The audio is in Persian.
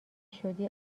شدی